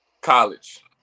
college